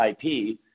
IP